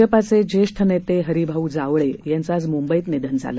भाजपाचे जेष्ठ नेते हरिभाऊ जावळे यांचं आज मुंबईत निधन झालं